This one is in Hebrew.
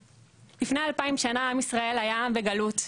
לפני אלפיים שנה עם ישראל היה בגלות,